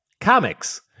Comics